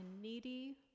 needy